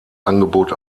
angebot